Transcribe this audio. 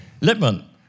Lippmann